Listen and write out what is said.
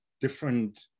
different